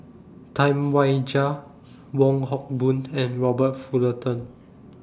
Tam Wai Jia Wong Hock Boon and Robert Fullerton